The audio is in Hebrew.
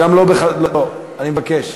אני מבקש.